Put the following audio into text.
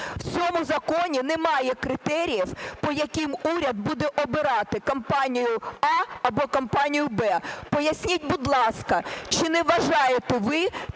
В цьому законі немає критеріїв, по яким уряд буде обирати компанію А, або компанію Б. Поясніть, будь ласка, чи не вважаєте ви